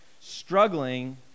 struggling